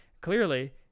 clearly